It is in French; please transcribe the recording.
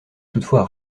toutefois